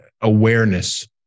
awareness